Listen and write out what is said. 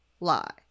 lie